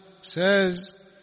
says